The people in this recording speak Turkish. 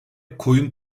koyun